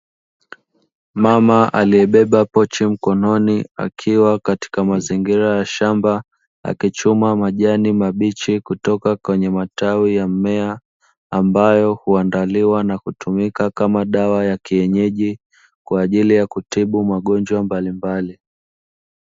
Mama aliyebeba pochi mkononi akiwa katika mazingira ya shamba, akichuma majani mabichi kutoka kwenye matawi ya mmea ambayo, huandaliwa na kutumika kama dawa ya kienyeji kwa ajili ya kutibu magonjwa mbalimbali.